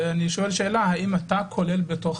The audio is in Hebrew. האם אתה כולל מתוך